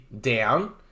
down